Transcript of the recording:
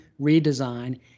redesign